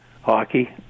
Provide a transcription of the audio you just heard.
hockey